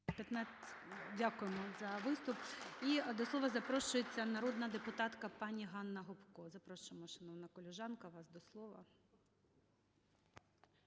Дякуємо за виступ. І до слова запрошується народна депутатка пані Ганна Гопко.